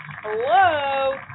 Hello